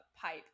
pipe